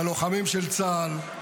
ללוחמים של צה"ל,